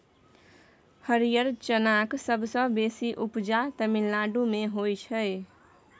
हरियर चनाक सबसँ बेसी उपजा तमिलनाडु मे होइ छै